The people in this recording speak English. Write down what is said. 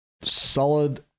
solid